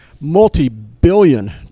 multi-billion